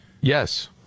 Yes